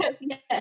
yes